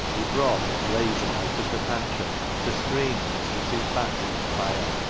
he brought a blazer out of the pantry to screen the mistress's back from the fire,